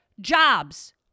jobs